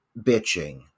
bitching